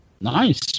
nice